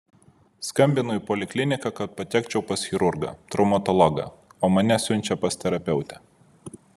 skambinu į polikliniką kad patekčiau pas chirurgą traumatologą o mane siunčia pas terapeutę